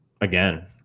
again